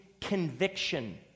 conviction